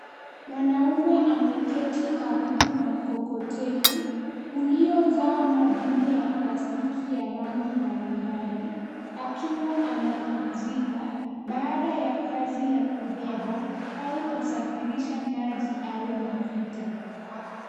Mwanaume ameketi karibu na mkokoteni uliojaa madumu ya plastiki ya rangi mbalimbali akiwa anapumzika baada ya kazi ya kubeba au kusafirisha maji au mafuta.